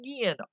again